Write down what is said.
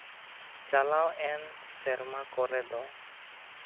ᱪᱟᱞᱟᱣ ᱮᱱ ᱥᱮᱨᱢᱟ ᱠᱚᱨᱮ ᱫᱚ